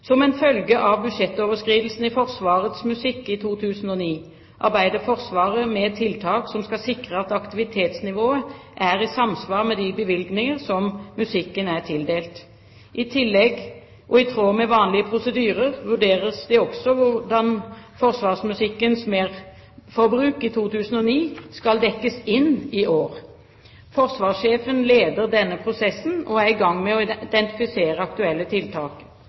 Som en følge av budsjettoverskridelsene i Forsvarets musikk i 2009 arbeider Forsvaret med tiltak som skal sikre at aktivitetsnivået er i samsvar med de bevilgninger som musikken er tildelt. I tillegg, og i tråd med vanlige prosedyrer, vurderes det også hvordan forsvarsmusikkens merforbruk i 2009 skal dekkes inn i år. Forsvarssjefen leder denne prosessen, og er i gang med å identifisere aktuelle tiltak.